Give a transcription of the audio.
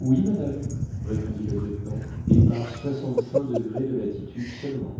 oui madame répondit le lieutenant et par soixante-cinq degrés de latitude seulement